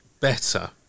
better